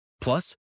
Plus